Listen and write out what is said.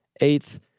Eighth